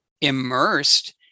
immersed